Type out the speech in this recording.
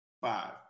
five